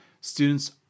Students